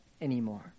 anymore